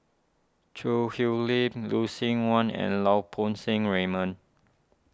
Choo Hwee Lim Lucien Wang and Lau Poo Seng Raymond